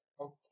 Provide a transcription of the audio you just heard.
Okay